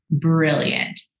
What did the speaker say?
Brilliant